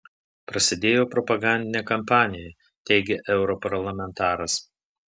prasidėjo propagandinė kampanija teigia europarlamentaras